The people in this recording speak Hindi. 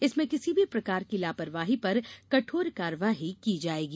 इसमें किसी भी प्रकार की लापरवाही पर कठोर कार्यवाही की जायेगी